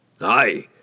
Aye